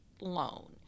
loan